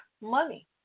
money